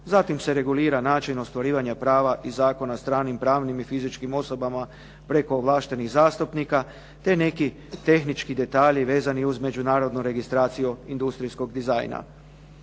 Zatim se regulira način ostvarivanja prava iz Zakona o stranim, pravnim i fizičkim osobama preko ovlaštenih zastupnika te neki tehnički detalji vezani uz međunarodnu registraciju industrijskog dizajna.